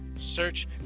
search